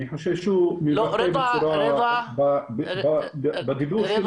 אני חושב שהוא מבטא בדיבור שלו,